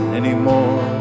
anymore